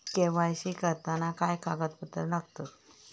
KYC करताना काय कागदपत्रा लागतत?